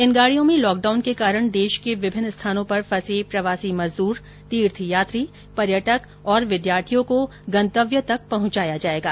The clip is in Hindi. इन गाड़ियों में लॉकडाउन के कारण देश के विभिन्न स्थानों पर फंसे प्रवासी मजदूर तीर्थयात्री पर्यटक और विद्यार्थियों को गंतव्य तक पहुंचाया जाएगा